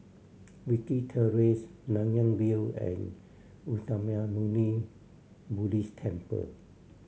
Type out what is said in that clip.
Wilkie Terrace Nanyang View and Uttamayanmuni Buddhist Temple